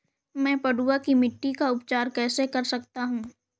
मैं पडुआ की मिट्टी का उपचार कैसे कर सकता हूँ?